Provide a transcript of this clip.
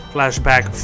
Flashback